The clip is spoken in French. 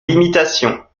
limitations